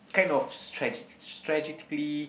kind of strategic strategically